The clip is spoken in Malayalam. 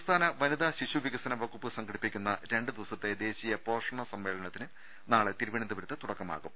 സംസ്ഥാന വനിതാ ശിശു വികസ്ന വകുപ്പ് സംഘടിപ്പിക്കുന്ന രണ്ട് ദിവസത്തെ ദേശീയ പോഷണ സമ്മേളനത്തിന് നാളെ തിരുവ നന്തപുരത്ത് തുടക്കമാകും